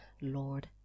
Lord